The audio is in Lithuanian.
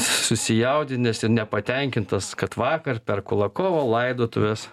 susijaudinęs ir nepatenkintas kad vakar per kulakovo laidotuves